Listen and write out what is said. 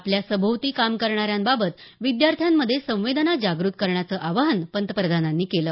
आपल्या सभोवती काम करणाऱ्यांबाबत विद्यार्थ्यांमध्ये संवेदना जागृत करण्याचं आवाहन पंतप्रधानांनी केलं